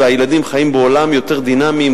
והילדים חיים בעולם יותר דינמי,